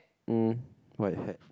mm white hat